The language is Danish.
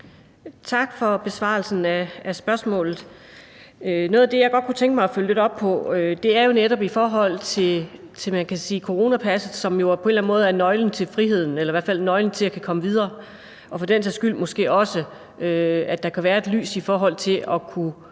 Tak for besvarelsen af spørgsmålet. Noget af det, jeg godt kunne tænke mig at følge lidt op på, er netop i forhold til coronapasset, som man kan sige på en eller anden måde er nøglen til friheden eller i hvert fald nøglen til at kunne komme videre og et lys i forhold til også at kunne